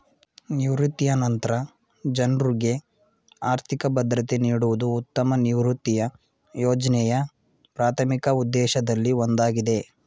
ನಿವೃತ್ತಿಯ ನಂತ್ರ ಜನ್ರುಗೆ ಆರ್ಥಿಕ ಭದ್ರತೆ ನೀಡುವುದು ಉತ್ತಮ ನಿವೃತ್ತಿಯ ಯೋಜ್ನೆಯ ಪ್ರಾಥಮಿಕ ಉದ್ದೇಶದಲ್ಲಿ ಒಂದಾಗಿದೆ